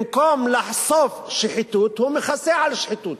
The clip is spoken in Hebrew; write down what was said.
במקום לחשוף שחיתות, הוא מכסה על שחיתות.